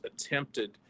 attempted